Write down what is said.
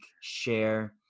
share